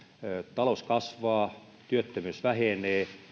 talous kasvaa työttömyys vähenee